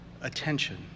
attention